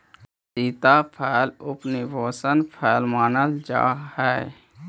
सीताफल उपशीतोष्ण फल मानल जा हाई